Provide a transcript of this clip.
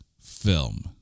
film